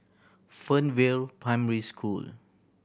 Fernvale Primary School